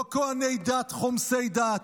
לא כוהני דת חומסי דת.